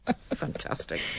fantastic